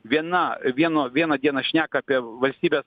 viena vieno vieną dieną šneka apie valstybės